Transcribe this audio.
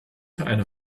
eine